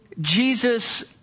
Jesus